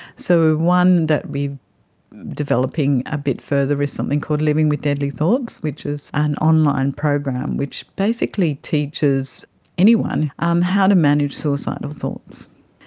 so one that we are developing a bit further is something called living with deadly thoughts, which is an online program which basically teaches anyone um how to manage suicidal thoughts.